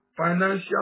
financial